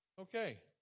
Okay